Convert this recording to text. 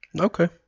Okay